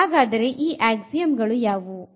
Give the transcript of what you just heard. ಹಾಗಾದರೆ ಈ ಮೂಲತತ್ವಗಳು ಯಾವುವು